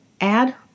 Add